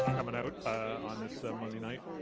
coming out on this monday night.